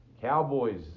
Cowboys